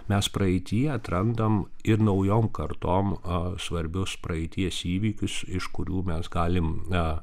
mes praeityje atrandam ir naujom kartom a svarbius praeities įvykius iš kurių mes galim na